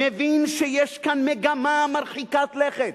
מבין שיש כאן מגמה מרחיקת לכת.